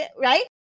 Right